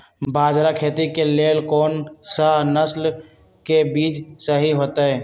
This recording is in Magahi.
बाजरा खेती के लेल कोन सा नसल के बीज सही होतइ?